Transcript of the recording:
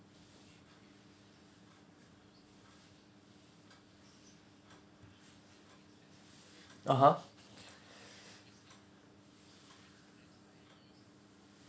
(uh huh)